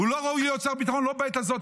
לא ראוי להיות שר הביטחון, לא בעת הזאת.